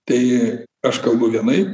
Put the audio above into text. tai aš kalbu vienaip